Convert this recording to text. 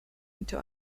into